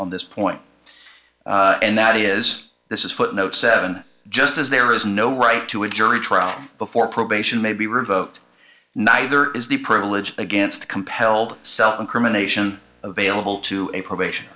on this point and that is this is footnote seven just as there is no right to a jury trial before probation may be revoked neither is the privilege against compelled self incrimination available to a probation